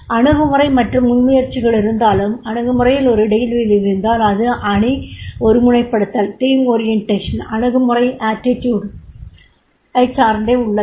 அணுகுமுறை மற்றும் முன்முயற்சிகள் இருந்தாலும் அணுகுமுறையில் ஒரு இடைவெளி இருந்தால் அது அணி ஒருமுனைப்படுத்தல் அணுகுமுறை யைச் சார்ந்தே உள்ளது